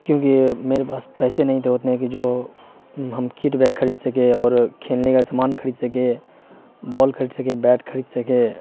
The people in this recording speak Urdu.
کیونکہ میرے پاس پیسے نہیں تھے اتنے کی جو ہم کٹ بیگ کھرید سکے اور کھیلنے کا سامان کھرید سکے بال کھرید سکے بیٹ کھرید سکے